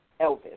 Elvis